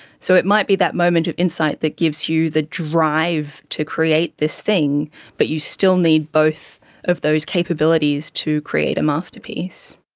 so it might be that moment of insight that gives you the drive to create this thing but you still need both of those capabilities to create a masterpiece.